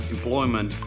Employment